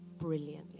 brilliantly